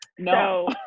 No